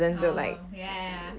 oh ya